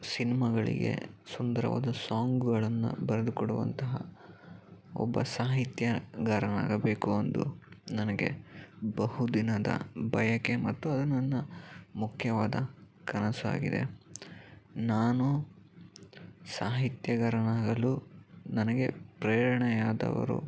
ಸಿನ್ಮಾಗಳಿಗೆ ಸುಂದರವಾದ ಸಾಂಗ್ಗಳನ್ನು ಬರೆದು ಕೊಡುವಂತಹ ಒಬ್ಬ ಸಾಹಿತ್ಯಗಾರನಾಗಬೇಕು ಎಂದು ನನಗೆ ಬಹು ದಿನದ ಬಯಕೆ ಮತ್ತು ಅದು ನನ್ನ ಮುಖ್ಯವಾದ ಕನಸಾಗಿದೆ ನಾನು ಸಾಹಿತ್ಯಗಾರನಾಗಲು ನನಗೆ ಪ್ರೇರಣೆಯಾದವರು